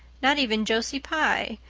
not even josie pye,